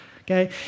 Okay